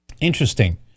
Interesting